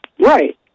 Right